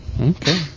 Okay